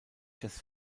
jazz